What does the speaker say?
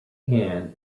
anne